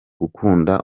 gukunda